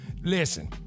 Listen